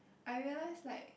I realise like